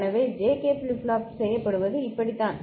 எனவே JK flip flop செய்யப்படுவது இப்படி தான்